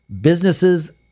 Businesses